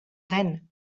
then